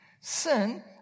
Sin